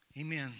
Amen